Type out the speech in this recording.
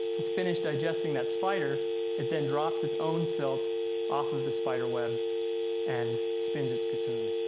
it's finished digesting that spider it then drops its own silk off of the spider web and spins its cocoon.